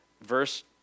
Verse